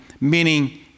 meaning